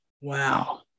Wow